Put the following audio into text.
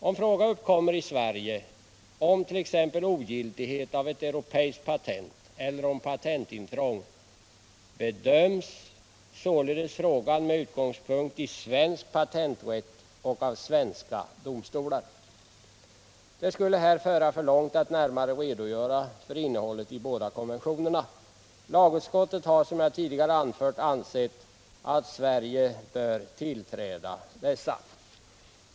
Om fråga uppkommer i Sverige om t.ex. ogiltighet av ett europeiskt patent eller om patentintrång, bedöms således frågan med utgångspunkt i svensk Det skulle föra för långt att här närmare redogöra för innehållet i de båda konventionerna. Lagutskottet har, som jag tidigare anfört, ansett att Sverige bör tillträda dessa.